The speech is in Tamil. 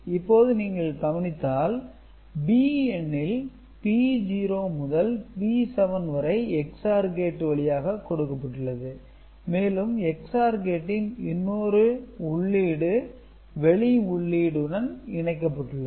இப்போது நீங்கள் கவனித்தால் B எண்ணில் B 0 முதல்B 7 வரை XOR கேட்டு வழியாக கொடுக்கப்பட்டுள்ளது மேலும் XOR கேட்டின் இன்னொரு உள்ளீடு வெளி உள்ளீடு உடன் இணைக்கப்பட்டுள்ளது